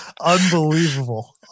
Unbelievable